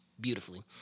beautifully